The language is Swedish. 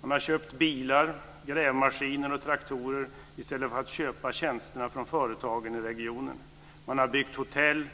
Man har köpt bilar, grävmaskiner och traktorer i stället för att köpa tjänsterna från företagen i regionen. Man har byggt hotell,